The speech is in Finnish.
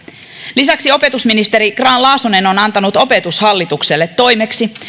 lisäksi opetusministeri grahn laasonen on antanut opetushallitukselle toimeksi